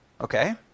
Okay